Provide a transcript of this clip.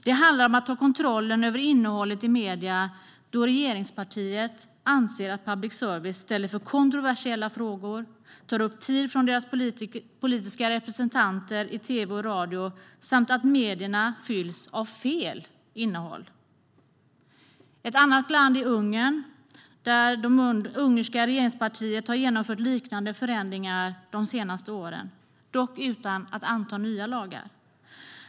Det handlar om att ta kontrollen över innehållet i medierna då regeringspartiet anser att public service ställer för kontroversiella frågor och tar upp tid från deras politiska representanter i tv och radio samt att medierna fylls av "fel" innehåll. Ett annat land är Ungern, där det ungerska regeringspartiet har genomfört liknande förändringar de senaste åren, dock utan att anta nya lagar.